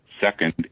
second